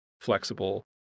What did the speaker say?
flexible